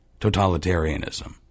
totalitarianism